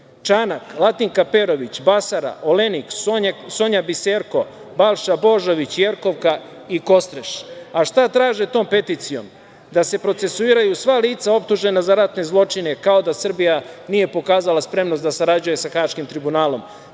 Čanak, Latinka Perović, Basara, Olenik, Sonja Biserko, Balša Božović, Jerkov i Kostreš. Šta traže tom peticijom? Da se procesuiraju sva lica optužena za ratne zločine, kao da Srbija nije pokazala spremnost da sarađuje sa Haškim tribunalom,